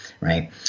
right